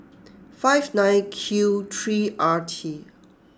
five nine Q three R T